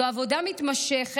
זאת עבודה מתמשכת,